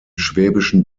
schwäbischen